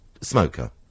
smoker